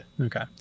Okay